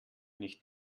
nicht